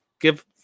give